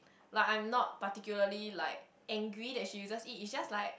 like I'm not particularly like angry that she uses it it's just like